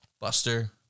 Buster